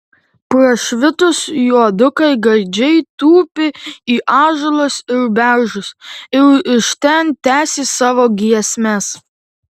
prašvitus juodukai gaidžiai tūpė į ąžuolus ar beržus ir iš ten tęsė savo giesmes